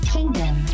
Kingdom